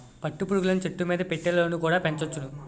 పట్టు పురుగులను చెట్టుమీద పెట్టెలలోన కుడా పెంచొచ్చును